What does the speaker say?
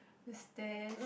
the stairs